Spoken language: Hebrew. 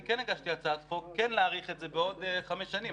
אני כן הגשתי הצעת חוק כן להאריך את זה בעוד חמש שנים.